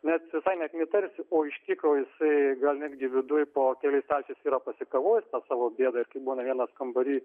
net visai net neįtarsi o iš tikro jisai gal netgi viduj po keliais stalčiais yra pasikavojęs tą savo gėdą ir kai būna vienas kambary